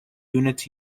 units